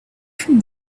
from